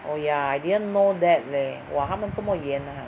oh yeah I didn't know that leh !wah! 他们这么严 ha